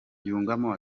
yungamo